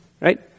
right